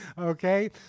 okay